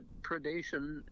predation